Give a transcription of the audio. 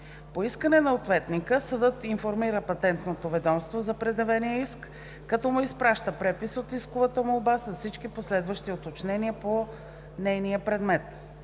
По искане на ответника съдът информира Патентно ведомство за предявения иск, като му изпраща препис от исковата молба с всички последващи уточнения по нейния предмет.